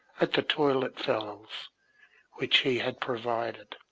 at the toilet fal-lals which he had provided,